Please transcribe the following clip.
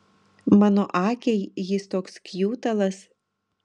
mano akiai jis toks kjutalas